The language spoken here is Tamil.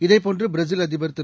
இதேபோன்று பிரேசில் அதிபர் திரு